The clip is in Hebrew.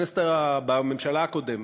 בממשלה הקודמת,